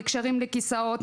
נקשרים לכיסאות,